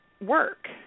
work